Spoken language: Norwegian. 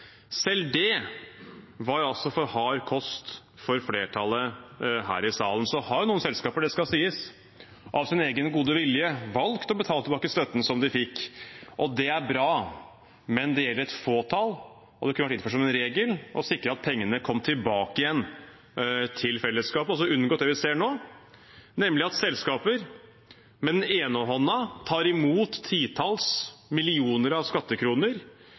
var altså for hard kost for flertallet her i salen. Så har jo noen selskaper – det skal sies – av sin egen gode vilje valgt å betale tilbake støtten som de fikk. Det er bra, men det gjelder et fåtall. Det kunne vært innført som en regel å sikre at pengene kom tilbake igjen til fellesskapet, altså å unngå det vi ser nå, nemlig at selskaper med den ene hånda tar imot titalls millioner skattekroner,